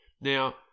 Now